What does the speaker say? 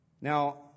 Now